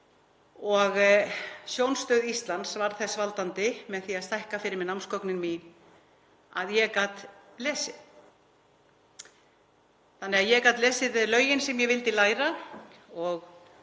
mig. Sjónstöð Íslands varð þess valdandi með því að stækka fyrir mig námsgögnin að ég gat lesið, þannig að ég gat lesið lögin sem ég vildi læra og